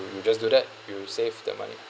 you you just do that you save the money